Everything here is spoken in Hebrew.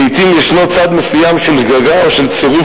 לעתים יש צד מסוים של שגגה או של צירוף